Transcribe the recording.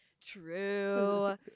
True